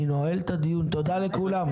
אני נועל את הדיון, לא,